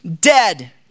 dead